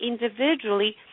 individually